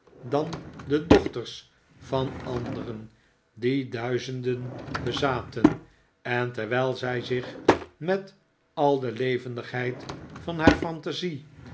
dan de dochters van anderen die duizenden bezaten en terwijl zij zich met al de levendigheid van haar fantasie